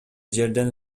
жерден